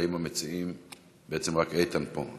האם המציעים, בעצם, רק איתן פה.